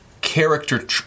Character